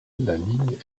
ligne